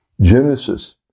Genesis